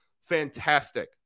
fantastic